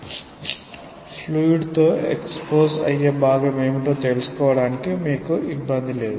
ఇక్కడ ఫ్లూయిడ్ తో ఎక్స్పొస్ అయ్యే భాగం ఏమిటో తెలుసుకోవడానికి మీకు ఇబ్బంది లేదు